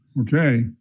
Okay